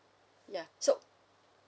ya so